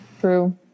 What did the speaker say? true